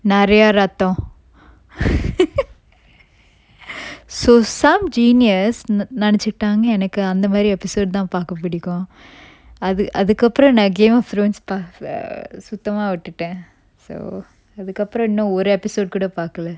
நெறைய ரத்தம்:neraya ratham so some genius நெனச்சிடாங்க எனக்கு அந்த மாறி:nenachitanga enakku antha mari episode தான் பாக்க புடிக்கும் அது அதுக்கப்புறம் நா:than pakka pudikkum athu athukkappuram na game of thrones pa~ err சுத்தமா உட்டுட்டன்:suthama uttutan so அதுக்கப்புறம் இன்னும் ஒரு:athukkappuram innum oru episode கூட பாக்கல:kooda pakkala